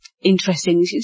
interesting